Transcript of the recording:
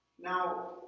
Now